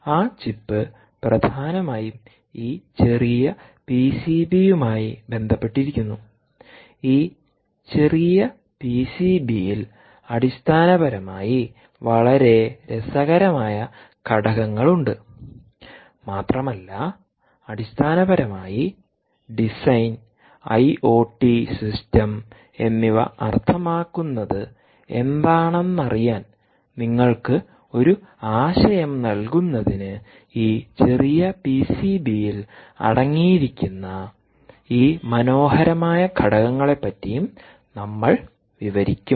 ആ ചിപ്പ് പ്രധാനമായും ഈ ചെറിയ പിസിബിയുമായി ബന്ധപ്പെട്ടിരിക്കുന്നു ഈ ചെറിയ പിസിബിയിൽ അടിസ്ഥാനപരമായി വളരെ രസകരമായ ഘടകങ്ങളുമുണ്ട് മാത്രമല്ല അടിസ്ഥാനപരമായി ഡിസൈൻ ഐഒടി സിസ്റ്റം എന്നിവ അർത്ഥമാക്കുന്നത് എന്താണെന്നറിയാൻ നിങ്ങൾക്ക് ഒരു ആശയം നൽകുന്നതിന് ഈ ചെറിയ പിസിബിയിൽ അടങ്ങിയിരിക്കുന്ന ഈ മനോഹരമായ ഘടകങ്ങളെ പറ്റിയും നമ്മൾ വിവരിക്കും